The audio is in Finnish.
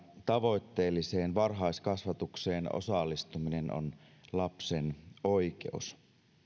tavoitteelliseen varhaiskasvatukseen osallistuminen on lapsen oikeus